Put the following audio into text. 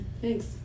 Thanks